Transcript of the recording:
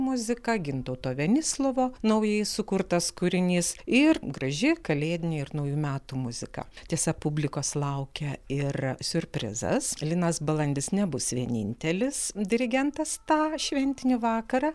muzika gintauto venislovo naujai sukurtas kūrinys ir graži kalėdinė ir naujų metų muzika tiesa publikos laukia ir siurprizas linas balandis nebus vienintelis dirigentas tą šventinį vakarą